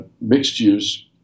mixed-use